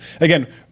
again